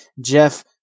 Jeff